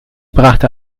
brachte